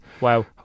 Wow